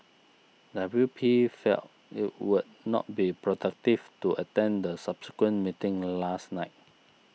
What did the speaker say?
W P felt it would not be productive to attend the subsequent meeting last night